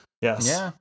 Yes